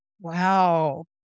Wow